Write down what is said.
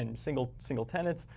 and single single tenants,